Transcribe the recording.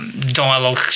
Dialogue